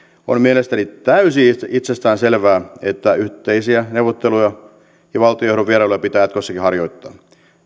on mielestäni täysin itsestään selvää että yhteisiä neuvotteluja ja valtionjohdon vierailuja pitää jatkossakin harjoittaa